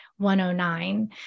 109